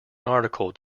article